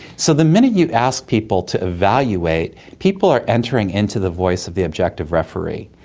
so the minute you ask people to evaluate, people are entering into the voice of the objective referee,